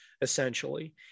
essentially